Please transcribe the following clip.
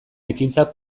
ekintzak